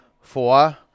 Four